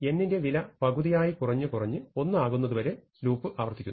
n ന്റെ വില പകുതിയായി കുറഞ്ഞ് കുറഞ്ഞ് 1 ആകുന്നതുവരെ ലൂപ്പ് ആവർത്തിക്കുന്നു